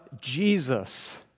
Jesus